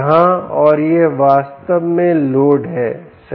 यहाँ और यह वास्तव में लोड है सही